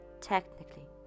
Technically